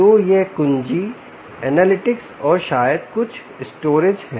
तो यह कुंजी एनालिटिक्स और शायद कुछ स्टोरेज है